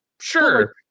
sure